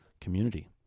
community